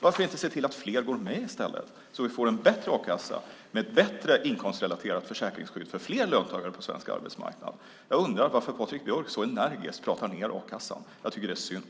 Varför inte se till att fler går med i stället, så att vi får en bättre a-kassa med bättre inkomstrelaterat försäkringsskydd för fler löntagare på svensk arbetsmarknad? Jag undrar varför Patrik Björck så energiskt pratar ned a-kassan. Det är synd.